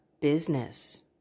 business